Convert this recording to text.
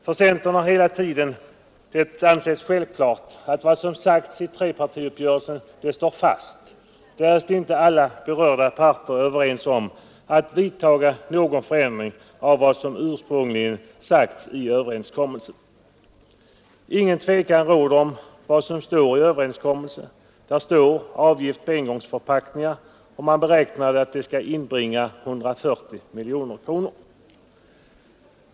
För centern har det hela tiden ansetts självklart att vad som hade sagts vid trepartiuppgörelsen skulle stå fast, därest inte alla berörda parter var överens om att vidtaga någon förändring av vad som ursprungligen hade överenskommits. Ingen tvekan råder om att det står i överenskommelsen att man skulle införa en avgift på engångsförpackningar, vilket beräknades inbringa 140 miljoner kronor.